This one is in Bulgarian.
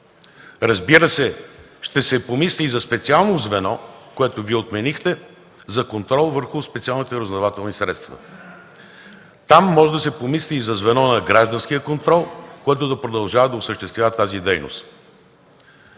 Разбира се, ще се помисли и за специално звено, което Вие отменихте, за контрол върху специалните разузнавателни средства. Там може да се помисли и за звено на гражданския контрол, което да продължава да осъществява тази дейност.